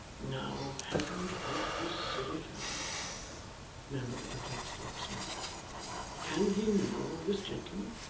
now heaven help this silly fellow murmured the perplexed locksmith can he know this gentleman?